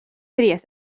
tries